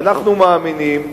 אנחנו מאמינים,